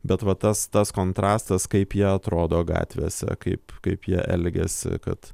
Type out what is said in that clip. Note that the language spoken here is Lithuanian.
bet va tas tas kontrastas kaip jie atrodo gatvėse kaip kaip jie elgiasi kad